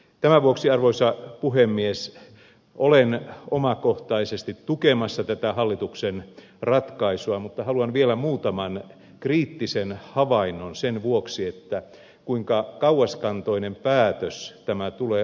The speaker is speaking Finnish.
tämän vuoksi arvoisa puhemies olen omakohtaisesti tukemassa tätä hallituksen ratkaisua mutta haluan vielä muutaman kriittisen havainnon esittää sen vuoksi kuinka kauaskantoinen päätös tämä tulee olemaan